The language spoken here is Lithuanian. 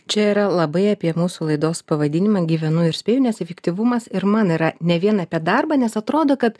čia yra labai apie mūsų laidos pavadinimą gyvenu ir spėju nes efektyvumas ir man yra ne vien apie darbą nes atrodo kad